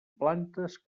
plantes